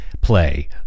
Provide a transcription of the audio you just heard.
play